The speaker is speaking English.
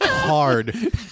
hard